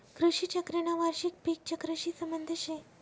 कृषी चक्रना वार्षिक पिक चक्रशी संबंध शे